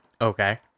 okay